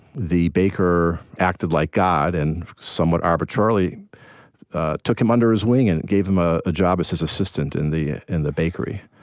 the baker acted like god, and somewhat arbitrarily took him under his wing and gave him a job as his assistant in the in the bakery.